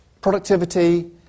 Productivity